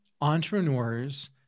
entrepreneurs